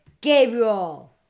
Gabriel